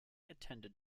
attended